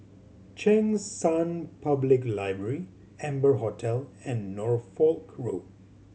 Cheng San Public Library Amber Hotel and Norfolk Road